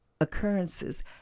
occurrences